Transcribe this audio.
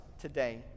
today